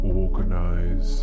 organize